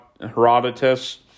Herodotus